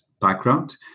background